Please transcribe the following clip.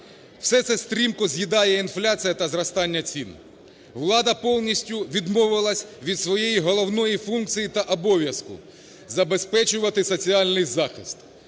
Все це стрімко з'їдає інфляція та зростання цін. Влада повністю відмовилась від своєї головної функції та обов'язку забезпечувати соціальних захист,